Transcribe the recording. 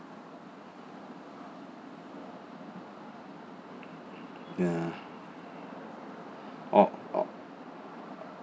ya orh orh